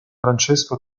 francesco